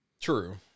True